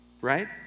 right